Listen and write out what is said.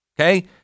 Okay